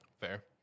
Fair